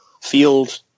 field